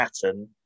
pattern